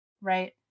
Right